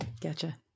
Gotcha